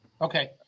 Okay